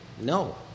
No